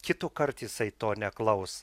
kitųkart jisai to neklaus